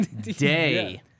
day